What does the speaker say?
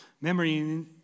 memory